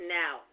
now